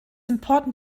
important